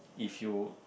if you